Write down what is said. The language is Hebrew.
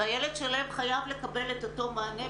והילד שלהם חייב לקבל את אותו מענה,